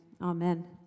amen